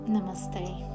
Namaste